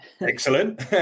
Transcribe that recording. Excellent